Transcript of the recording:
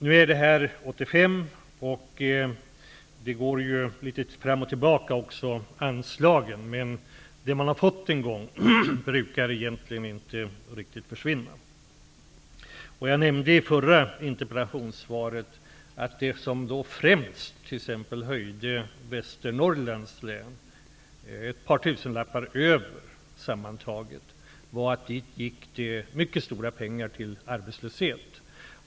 Det här var 1985, men det som en gång har anslagits brukar inte försvinna, även om det brukar gå litet fram och tillbaka med anslagen. I mitt förra interpellationssvar nämnde jag att den främsta orsaken till att Västernorrlands län låg ett par tusenlappar över var att det gick mycket stora pengar till arbetslöshet.